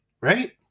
Right